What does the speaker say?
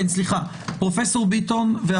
פרופ' ביטון, בבקשה.